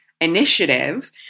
Initiative